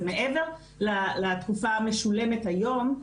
זה מעבר לתקופה המשולמת היום,